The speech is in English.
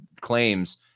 claims